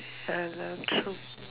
ya lah true